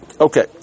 Okay